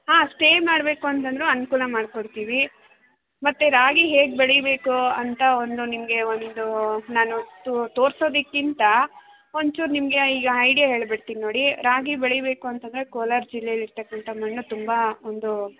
ಹಾಂ ಸ್ಟೇ ಮಾಡಬೇಕು ಅಂತಂದರೂ ಅನುಕೂಲ ಮಾಡ್ಕೊಡ್ತೀವಿ ಮತ್ತೆ ರಾಗಿ ಹೇಗೆ ಬೆಳಿಬೇಕು ಅಂತ ಒಂದು ನಿಮಗೆ ಒಂದು ನಾನು ತೋ ತೋರ್ಸೊದಕ್ಕಿಂತ ಒಂಚೂರು ನಿಮಗೆ ಐಡಿಯಾ ಹೇಳ್ಬಿಡ್ತೀನಿ ನೋಡಿ ರಾಗಿ ಬೆಳಿಬೇಕು ಅಂತಂದರೆ ಕೋಲಾರ ಜಿಲ್ಲೆಲಿರ್ತಕ್ಕಂತ ಮಣ್ಣು ತುಂಬ ಒಂದು